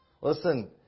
Listen